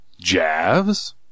Javs